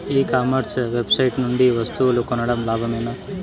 E commerce website నుండి వస్తువులు కొనడం లాభమేనా?